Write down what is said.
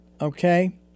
okay